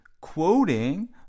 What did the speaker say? quoting